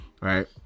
right